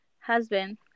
husband